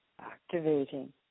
activating